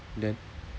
then